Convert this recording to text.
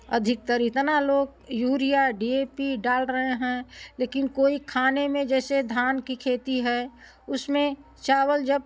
अधिकतर इतना लोग यूरिया डी ए पी डाल रहे हैं लेकिन कोई खाने में जैसे धान की खेती है उसमें चावल जब